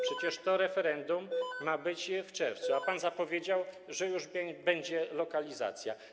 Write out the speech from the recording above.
Przecież to referendum ma być w czerwcu, a pan zapowiedział, że już będzie lokalizacja.